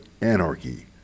anarchy